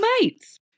mates